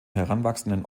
heranwachsenden